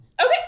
Okay